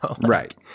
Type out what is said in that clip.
Right